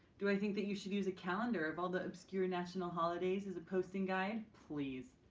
do i think that you should use a calendar of all the obscure national holidays is a posting guide? please!